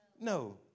No